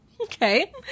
Okay